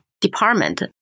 department